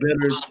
better